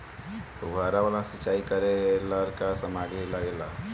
फ़ुहारा वाला सिचाई करे लर का का समाग्री लागे ला?